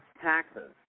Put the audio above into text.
taxes